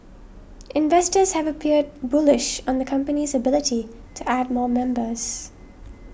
investors have appeared bullish on the company's ability to add more members